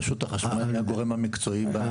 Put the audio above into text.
רשות החשמל היא הגורם המקצועי במשרד.